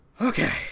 okay